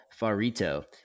Farito